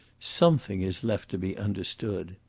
something is left to be understood.